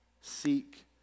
Seek